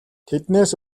тэднээс